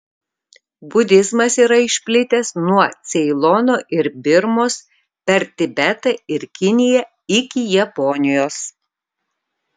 budizmas yra išplitęs nuo ceilono ir birmos per tibetą ir kiniją iki japonijos